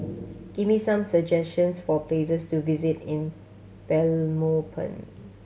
give me some suggestions for places to visit in Belmopan